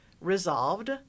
resolved